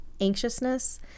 anxiousness